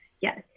Yes